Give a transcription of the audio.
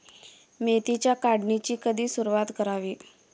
मेथीच्या काढणीची कधी सुरूवात करावी?